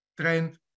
trend